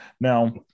now